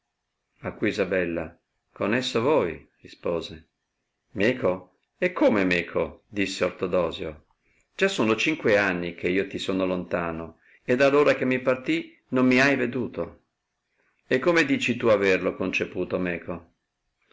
a cui isabella con esso voi rispose meco e come meco disse ortodosio già sono cinque anni che io ti sono lontano e allora che mi partì non mi hai veduto e come dici tu averlo conceputo meco